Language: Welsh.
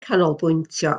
canolbwyntio